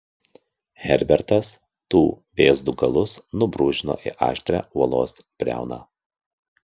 herbertas tų vėzdų galus nubrūžino į aštrią uolos briauną